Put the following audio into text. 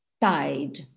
died